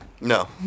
No